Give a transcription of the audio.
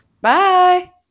Bye